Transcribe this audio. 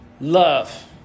love